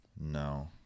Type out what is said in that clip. No